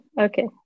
Okay